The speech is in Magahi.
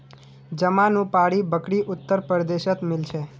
जमानुपारी बकरी उत्तर प्रदेशत मिल छे